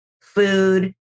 food